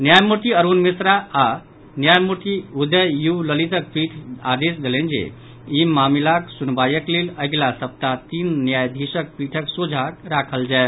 न्यायमूर्ति अरूण मिश्रा आओर न्यायमूर्ति उदय यू ललितक पीठ आदेश देलनि जे ई मामिला सुनवाईक लेल अगिला सप्ताह तीन न्यायाधीशक पीठक सोझा राखल जाय